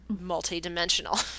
multi-dimensional